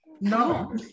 No